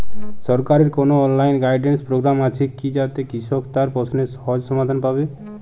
সরকারের কোনো online guidance program আছে কি যাতে কৃষক তার প্রশ্নের সহজ সমাধান পাবে?